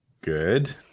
Good